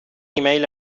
ایمیل